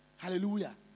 Hallelujah